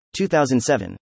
2007